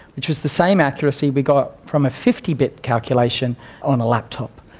which was the same accuracy we got from a fifty bit calculation on a laptop.